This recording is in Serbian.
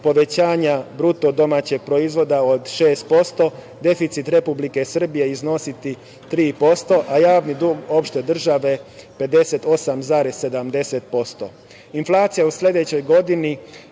povećanja BDP od 6% deficit Republike Srbije iznositi 3%, a javni dug opšte države 58,70%. Inflacija u sledećoj godini